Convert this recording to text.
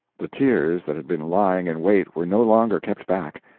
the tears that had been lying in wait were no longer kept back.